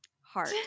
Heart